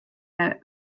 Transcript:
out